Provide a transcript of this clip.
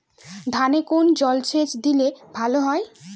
ধানে কোন জলসেচ দিলে ভাল হয়?